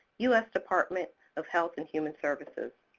u s. department of health and human services.